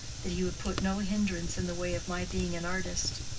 that he would put no hindrance in the way of my being an artist.